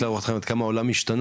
רק להראות לכם עד כמה העולם השתנה,